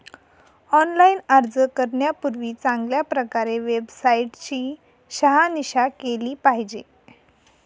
online अर्ज करण्यापूर्वी चांगल्या प्रकारे वेबसाईट ची शहानिशा केली पाहिजे